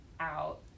out